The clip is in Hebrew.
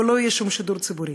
ולא יהיה שום שידור ציבורי.